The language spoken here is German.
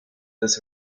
des